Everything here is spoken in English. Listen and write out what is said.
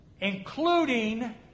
Including